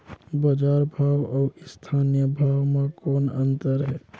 बजार भाव अउ स्थानीय भाव म कौन अन्तर हे?